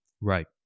Right